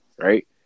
right